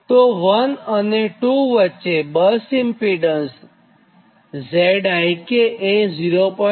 તો 1 અને 2 વચ્ચે બસ ઇમ્પીડન્સ Zik એ 0